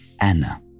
Anna